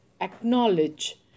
acknowledge